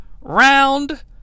round